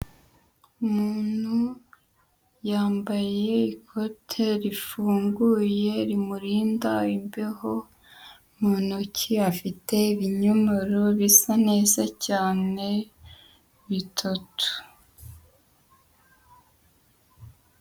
Umuntu yambaye ikote rifunguye rimurinda imbeho, mu ntoki afite ibinyomoro bisa neza cyane bitatu.